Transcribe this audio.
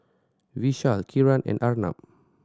Vishal Kiran and Arnab